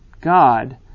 God